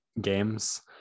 games